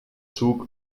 zug